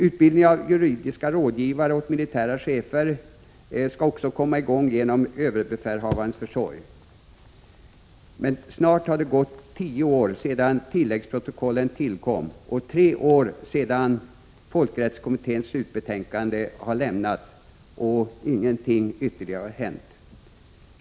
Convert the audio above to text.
Utbildningen av juridiska rådgivare åt militära chefer skall också komma i gång genom överbefälhavarens försorg. Snart har det gått tio år sedan tilläggsprotokollen tillkom och tre år sedan folkrättskommitténs slutbetänkande lämnades och ingenting ytterligare har hänt.